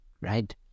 right